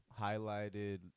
highlighted